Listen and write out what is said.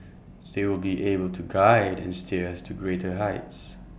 they will be able to guide and steer us to greater heights